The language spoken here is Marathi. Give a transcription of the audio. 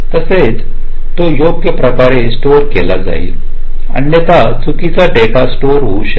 तरच तो योग्य प्रकारे स्टोअर केला जाईल अन्यथा चुकीची डेटा स्टोअर होऊ शकेल